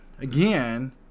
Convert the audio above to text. Again